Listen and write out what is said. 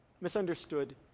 misunderstood